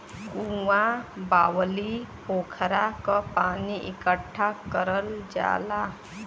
कुँआ, बाउली, पोखरा क पानी इकट्ठा करल जाला